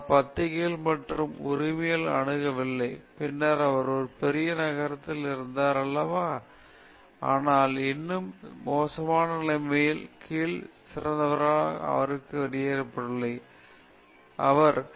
அவர் பத்திரிகைகள் மற்றும் இந்த உரிமையை அணுகவில்லை பின்னர் அவர் ஒரு பெரிய நகரத்தில் இருந்தார் அல்லவா ஆனால் இன்னும் இந்த மோசமான நிலைமைகளின் கீழ் சிறந்த அறிவியல் அவரை விட்டு வெளியேறியது உங்களுக்கு தெரியும் சிறந்த கணிதம் அவரை விட்டு வெளியே வந்தது